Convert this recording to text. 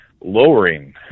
lowering